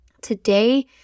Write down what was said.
Today